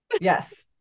yes